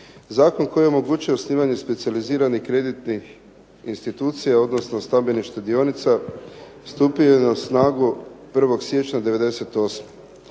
Zakon koji omogućuje osnivanje specijaliziranih kreditnih institucija, odnosno stambenih štedionica stupio je na snagu 1. siječnja '98.